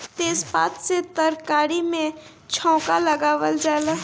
तेजपात से तरकारी में छौंका लगावल जाला